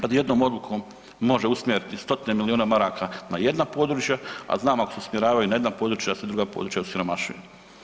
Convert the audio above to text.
Kad jednom odlukom može usmjeriti stotine milijuna maraka na jedna područja, a znam ako se usmjeravaju na jedna područja sva druga područja osiromašuje.